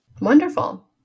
Wonderful